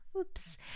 Oops